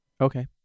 Okay